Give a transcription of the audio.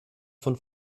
von